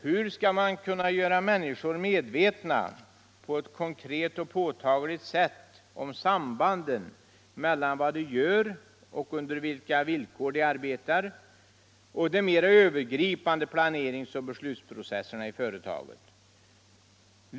Hur skall man kunna göra människor medvetna, på ett konkret och påtagligt sätt, om sambanden mellan vad de gör och under vilka villkor de arbetar och de mera övergripande planeringsoch beslutsprocesserna i företaget?